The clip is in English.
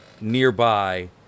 nearby